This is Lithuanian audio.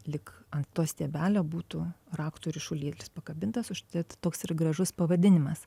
lyg ant to stiebelio būtų raktų ryšulėlis pakabintas užtat toks ir gražus pavadinimas